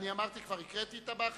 האם הקראתי את שם הבא אחריו?